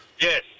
Yes